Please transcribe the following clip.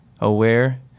aware